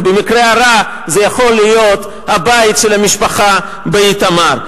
כי במקרה הרע זה יכול להיות הבית של המשפחה באיתמר.